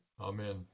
Amen